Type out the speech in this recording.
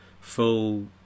full